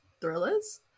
thrillers